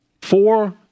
four